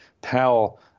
Powell